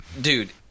dude